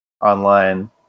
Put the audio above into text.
online